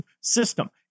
system